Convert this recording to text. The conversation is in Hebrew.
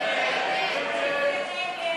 ההסתייגויות לסעיף 84,